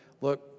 look